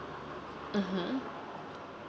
(uh huh)